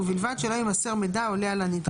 ובלבד שלא יימסר מידע העולה על הנדרש.